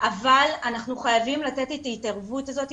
אבל אנחנו חייבים לתת את ההתערבות הזאת,